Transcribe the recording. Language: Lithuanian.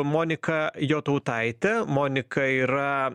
monika jotautaite monika yra